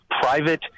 private